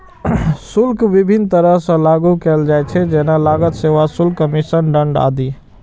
शुल्क विभिन्न तरह सं लागू कैल जाइ छै, जेना लागत, सेवा शुल्क, कमीशन, दंड आदि